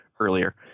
earlier